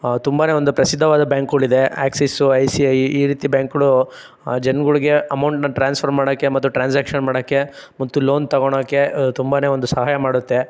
ತುಂಬನೇ ಒಂದು ಪ್ರಸಿದ್ಧವಾದ ಬ್ಯಾಂಕುಗಳಿದೆ ಆ್ಯಕ್ಸಿಸ್ಸು ಐ ಸಿ ಐ ಈ ರೀತಿ ಬ್ಯಾಂಕ್ಗಳು ಜನಗಳಿಗೆ ಅಮೌಂಟ್ನ ಟ್ರ್ಯಾನ್ಸ್ಫರ್ ಮಾಡೋಕ್ಕೆ ಮತ್ತು ಟ್ರ್ಯಾನ್ಸ್ಯಾಕ್ಷನ್ ಮಾಡೋಕ್ಕೆ ಮತ್ತು ಲೋನ್ ತೊಗೊಳ್ಳೋಕೆ ತುಂಬನೇ ಒಂದು ಸಹಾಯ ಮಾಡುತ್ತೆ